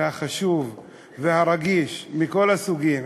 החשוב והרגיש מכל הסוגים,